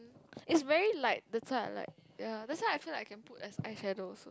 is very light that's why I like ya that's why I feel like can put as eye shadow also